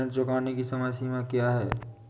ऋण चुकाने की समय सीमा क्या है?